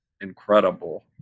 incredible